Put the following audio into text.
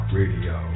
radio